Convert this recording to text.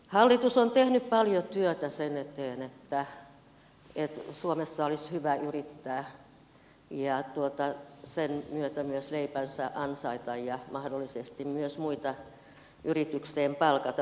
hallitus on tehnyt paljon työtä sen eteen että suomessa olisi hyvä yrittää ja sen myötä myös leipänsä ansaita ja mahdollisesti myös muita palkata yritykseen työntekijöiksi